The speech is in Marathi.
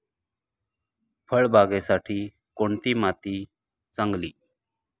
फळबागेसाठी कोणती माती चांगली?